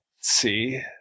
see